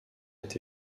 est